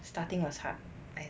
starting was hard I